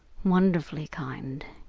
wonderfully kind.